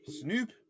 Snoop